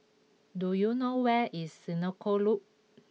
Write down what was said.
do you know where is Senoko Loop